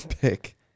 pick